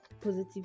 positive